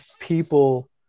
people